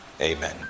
Amen